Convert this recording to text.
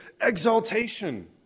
exaltation